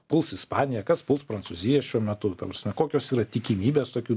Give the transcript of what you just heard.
puls ispaniją kas puls prancūziją šiuo metu ta prasme kokios yra tikimybės tokių